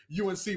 UNC